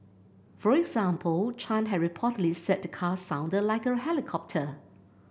for example Chan had reportedly said the car sounded like a helicopter